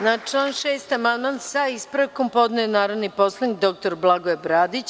Na član 6. amandman, sa ispravkom, podneo je narodni poslanik dr Blagoje Bradić.